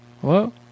Hello